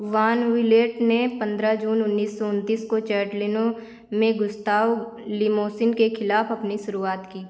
वान Vliet ने पन्द्रह जून उन्नीस सौ उनतीस को चैटलिनो में गुस्ताव लिमोसिन के ख़िलाफ अपनी शुरुआत की